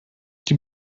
die